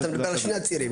אתה מדבר על שני הצירים,